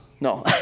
No